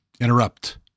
interrupt